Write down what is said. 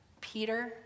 Peter